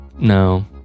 no